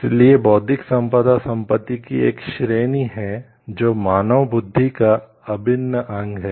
इसलिए बौद्धिक संपदा संपत्ति की एक श्रेणी है जो मानव बुद्धि का अभिन्न अंग है